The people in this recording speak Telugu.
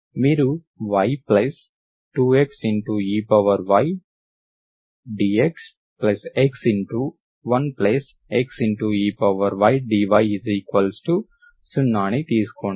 మీరుy2 x eydxx1 x eydy 0 ని తీసుకోండి